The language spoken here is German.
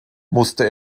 musste